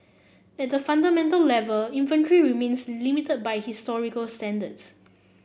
at the fundamental level inventory remains limited by historical standards